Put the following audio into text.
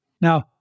Now